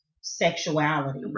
sexuality